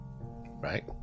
right